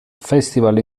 festival